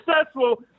successful